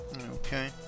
Okay